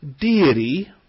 deity